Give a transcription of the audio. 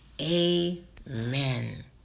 amen